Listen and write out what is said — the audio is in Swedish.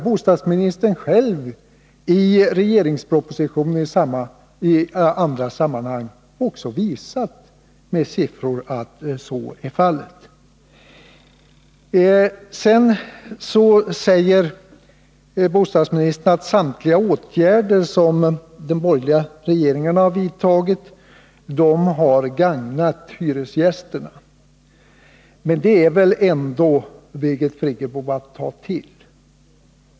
Bostadsministern har själv i regeringspropositionen och i andra sammanhang med siffror visat att så är fallet. Sedan säger bostadsministern att samtliga åtgärder som de borgerliga regeringarna har vidtagit har gagnat hyresgästerna. Men det är väl ändå, Birgit Friggebo, att ta till.